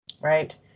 Right